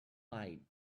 light